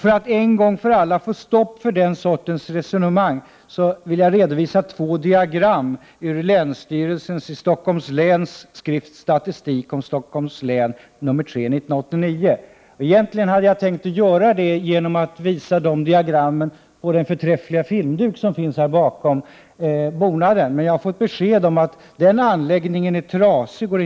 För att en gång för alla få stopp på den sortens resonemang vill jag redovisa två diagram ur länsstyrelsens i Stockholms län skrift Statistik om Stockholms län, nr 3:1989. Min avsikt var egentligen att redovisa dessa diagram på den stora filmduken här i kammaren. Det går dock inte, eftersom anläggningen är trasig.